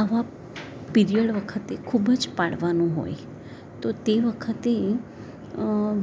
આવા પીરિયડ વખતે ખૂબ જ પાળવાનું હોય તો તે વખતે